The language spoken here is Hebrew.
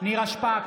נירה שפק,